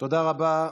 תודה רבה.